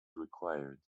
required